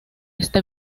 este